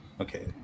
Okay